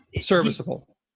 serviceable